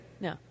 No